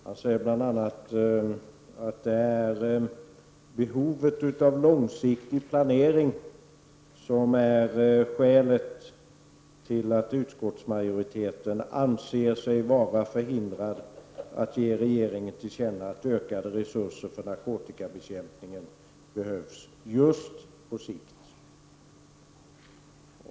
Han säger bl.a. att det är behovet av långsiktig planering som är skälet till att utskottsmajoriteten anser sig vara förhindrad att ge regeringen till känna att ökade resurser för narkotikabekämpning behövs just på sikt.